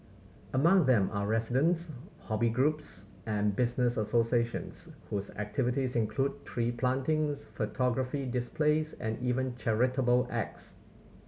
among them are residents hobby groups and business associations whose activities include tree plantings photography displays and even charitable acts